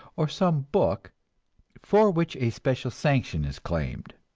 or some book for which a special sanction is claimed.